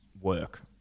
work